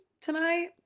tonight